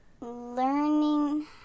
learning